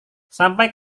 sampai